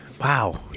Wow